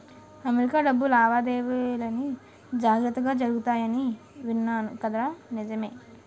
America డబ్బు లావాదేవీలన్నీ జాగ్రత్తగా జరుగుతాయని విన్నాను కదా నిజమే